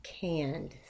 canned